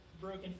broken